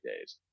days